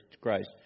Christ